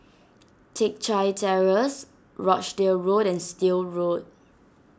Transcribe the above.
Teck Chye Terrace Rochdale Road and Still Road